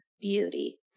beauty